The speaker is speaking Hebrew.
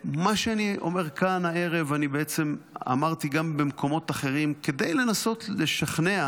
מה שאני אומר כאן הערב אמרתי בעצם גם במקומות אחרים כדי לנסות לשכנע